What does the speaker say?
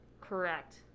correct